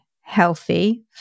healthy